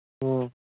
ꯎꯝ